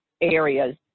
areas